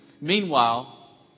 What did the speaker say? Meanwhile